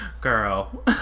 girl